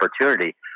opportunity